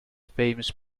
famous